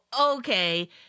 Okay